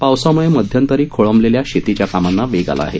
पावसामुळे मध्यंतरी खोळंबल्या शेतीच्या कामना वेग आला आहे